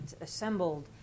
assembled